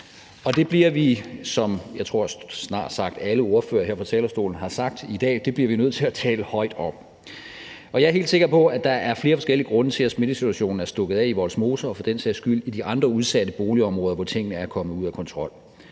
Det bliver vi, som jeg tror snart sagt alle ordførere her på talerstolen har sagt i dag, nødt til at tale højt om. Jeg er helt sikker på, at der er flere forskellige grunde til, at smittesituationen er stukket af i Vollsmose og for den sags skyld i de andre udsatte boligområder, hvor tingene er kommet ud af kontrol.